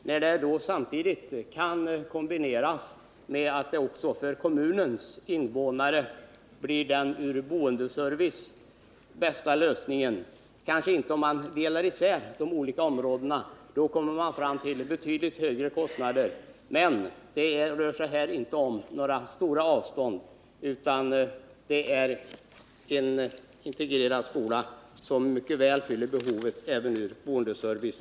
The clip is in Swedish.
Det är då också en fördel om lösningen från boendeservicesynpunkt samtidigt blir den bästa för hela kommunens invånare. Så blir inte fallet vid en separering av funktionerna — då blir kostnaderna betydligt högre. I detta fall rör det sig dock om en integrerad skola som mycket väl fyller tätortens behov även av boendeservice.